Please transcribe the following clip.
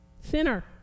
sinner